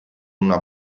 una